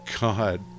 God